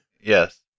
Yes